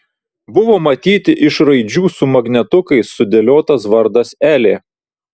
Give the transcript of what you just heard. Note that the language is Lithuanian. buvo matyti iš raidžių su magnetukais sudėliotas vardas elė